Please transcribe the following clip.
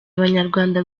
abanyarwanda